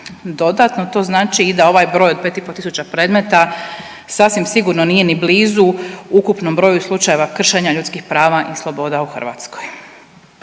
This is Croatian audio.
Dodatno, to znači i da ovaj broj od 5,5 tisuća predmeta sasvim sigurno nije ni blizu ukupnom broju slučajeva kršenja ljudskih prava i sloboda u Hrvatskoj.